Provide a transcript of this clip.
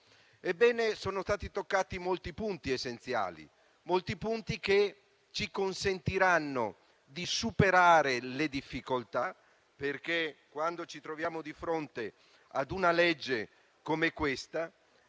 Ebbene, sono stati toccati molti punti essenziali che ci consentiranno di superare le difficoltà. Quando ci troviamo di fronte a una legge come questa